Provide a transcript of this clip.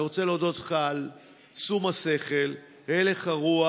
אני רוצה להודות לך על שום השכל, הלך הרוח